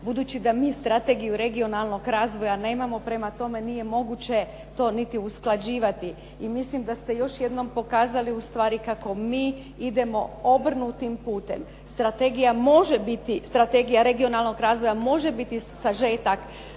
Budući da mi strategiju regionalnog razvoja nemamo prema tome nije moguće to niti usklađivati. I mislim da ste još jednom pokazali ustvari kako mi idemo obrnutim putem. Strategija regionalnog razvoja može biti sažetak